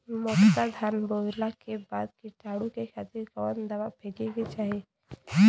मोटका धान बोवला के बाद कीटाणु के खातिर कवन दावा फेके के चाही?